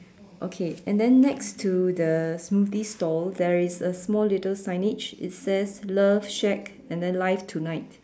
okay and then next to the smoothie store there is a small little signage it says love shack and then life tonight